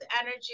energy